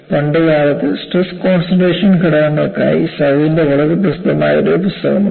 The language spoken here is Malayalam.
പണ്ടുകാലത്ത് സ്ട്രെസ് കോൺസെൻട്രേഷൻ ഘടകങ്ങൾക്കായി സവിന്റെ വളരെ പ്രസിദ്ധമായ ഒരു പുസ്തകം ഉണ്ടായിരുന്നു